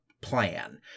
plan